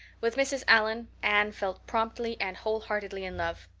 with mrs. allan anne fell promptly and wholeheartedly in love.